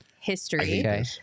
history